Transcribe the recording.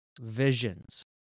visions